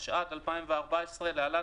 התשע"ד 2014 (להלן,